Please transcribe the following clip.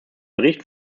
bericht